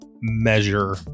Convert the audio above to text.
measure